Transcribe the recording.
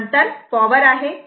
तर नंतर पॉवर आहे